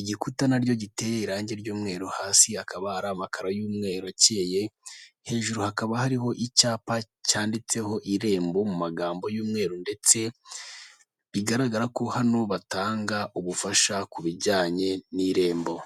igikuta naryo giteye irangi ry'umweru hasi akaba ari amakara y'umweru akeye hejuru hakaba hariho icyapa cyanditseho irembo mu magambo y'umweru ndetse bigaragara ko hano batanga ubufasha ku bijyanye n'irembo.